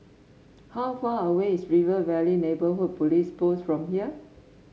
how far away is River Valley Neighbourhood Police Post from here